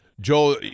Joel